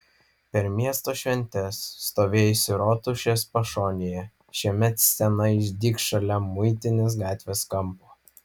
per miesto šventes stovėjusi rotušės pašonėje šiemet scena išdygs šalia muitinės gatvės kampo